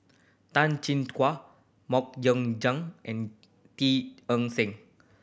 Tan Chin Tuan Mok Ying Jang and Teo Eng Seng